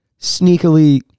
sneakily